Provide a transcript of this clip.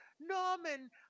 Norman